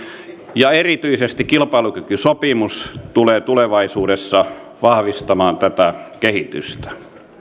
ja erityisesti kilpailukykysopimus tulee tulevaisuudessa vahvistamaan tätä kehitystä